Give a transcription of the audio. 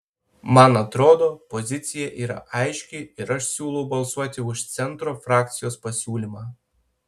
man atrodo pozicija yra aiški ir aš siūlau balsuoti už centro frakcijos pasiūlymą